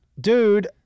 Dude